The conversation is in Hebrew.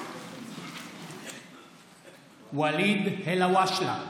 מתחייב אני ואליד אלהואשלה,